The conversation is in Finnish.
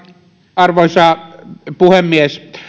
arvoisa puhemies